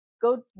go